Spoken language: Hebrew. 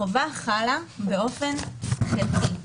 החובה חלה באופן חלקי,